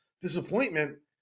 disappointment